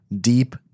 deep